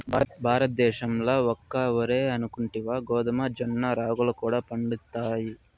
భారతద్దేశంల ఒక్క ఒరే అనుకుంటివా గోధుమ, జొన్న, రాగులు కూడా పండతండాయి